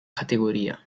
categoria